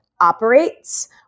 operates